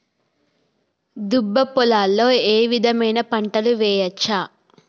దుబ్బ పొలాల్లో ఏ విధమైన పంటలు వేయచ్చా?